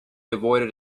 avoided